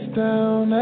down